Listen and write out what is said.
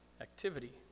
activity